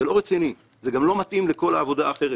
זה לא רציני ולא מתאים לכל העבודה האחרת